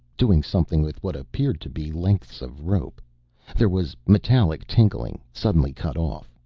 doing something with what appeared to be lengths of rope there was metallic tinkling, suddenly cut off.